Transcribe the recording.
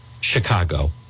Chicago